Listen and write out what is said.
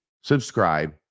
subscribe